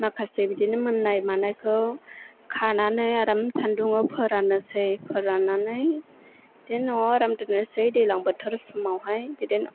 माखासे बिदिनो मोननाय मानायखौ खानानै आराम सान्दुंआव फोराननोसै फोराननानै जे न'आव आराम दोननोसै दैज्लां बोथोर समावहाय बिदिनो